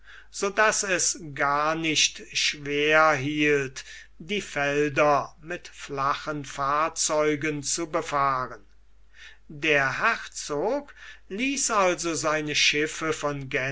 so daß es gar nicht schwer hielt die felder mit flachen fahrzeugen zu befahren der herzog ließ also seine schiffe von